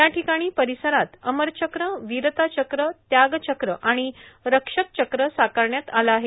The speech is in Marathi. याठिकाणी परिसरात अमरचक्र वीरताचक्र त्यागचक्र आणि रक्षकचक्र साकारण्यात आले आहे